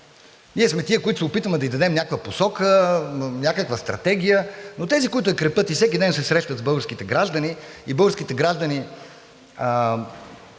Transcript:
Ние сме тези, които се опитваме да ѝ дадем някаква посока, някаква стратегия, но тези, които я крепят и всеки ден се срещат с българските граждани и българските граждани